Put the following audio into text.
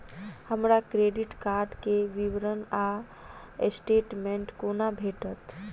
हमरा credit card केँ विवरण वा स्टेटमेंट कोना भेटत?